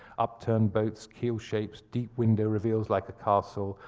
upturned boats, keel shapes, deep window reveals like a castle,